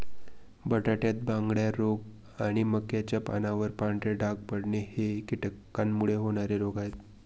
बटाट्यात बांगड्या रोग आणि मक्याच्या पानावर पांढरे डाग पडणे हे कीटकांमुळे होणारे रोग आहे